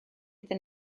iddyn